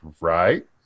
right